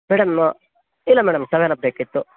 madam ಇಲ್ಲ madam seven up ಬೇಕಿತ್ತು